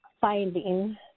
finding